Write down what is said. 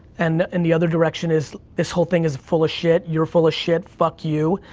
and in the other direction is, this whole thing is full of shit, you're full of shit, fuck you.